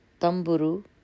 Tamburu